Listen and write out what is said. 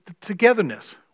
togetherness